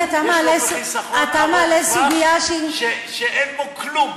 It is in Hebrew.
יש לו חיסכון ארוך טווח שאין בו כלום.